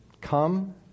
come